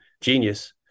genius